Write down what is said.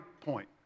point